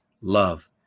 love